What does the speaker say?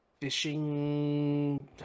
fishing